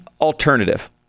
alternative